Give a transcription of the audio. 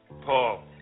Paul